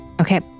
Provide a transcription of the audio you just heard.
Okay